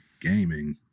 gaming